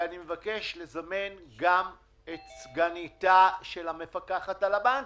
ואני מבקש לזמן גם את סגניתה של המפקחת על הבנקים.